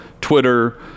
Twitter